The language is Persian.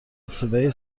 صدای